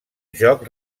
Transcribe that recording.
joc